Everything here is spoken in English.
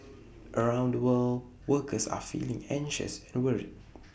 around the world workers are feeling anxious and worried